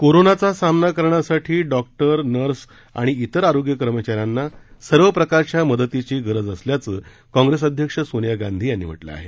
कोरोनाचा सामना करण्यासाठी डॉक्टर नर्स आणि इतर आरोग्य कर्मचाऱ्यांना सर्व प्रकारच्या मदतीची गरज असल्याचं काँप्रेस अध्यक्ष सोनिया गांधी यांनी म्हटलं आहे